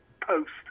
post